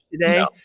today